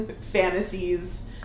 fantasies